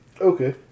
Okay